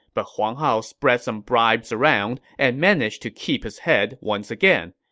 but huang hao spread some bribes around and managed to keep his head once again.